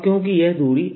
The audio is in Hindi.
अब क्योंकि यह दूरी